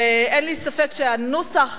אין לי ספק שהנוסח